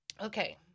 okay